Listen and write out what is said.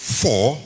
four